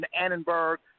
Annenberg